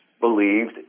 believed